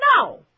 No